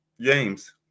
James